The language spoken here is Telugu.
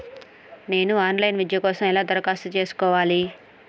నేను ఆన్ లైన్ విద్య కోసం ఎలా దరఖాస్తు చేసుకోవాలి?